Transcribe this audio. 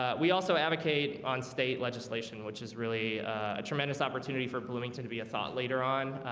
ah we also advocate on state legislation, which is really a tremendous opportunity for bloomington to be a thought later on